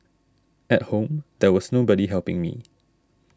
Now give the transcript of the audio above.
at home there was nobody helping me